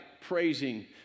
praising